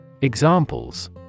Examples